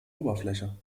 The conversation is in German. oberfläche